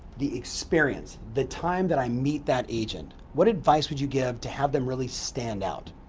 the experience, the time that i meet that agent? what advice would you give to have them really stand out?